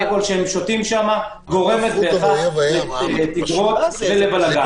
האלכוהול שהם שותים שם גורם בהכרח לתגרות ולבלגאן.